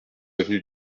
avenue